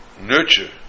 nurture